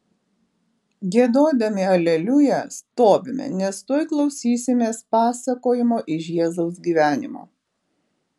giedodami aleliuja stovime nes tuoj klausysimės pasakojimo iš jėzaus gyvenimo